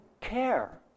care